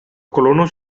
colonos